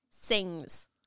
sings